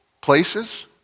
Places